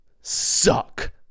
suck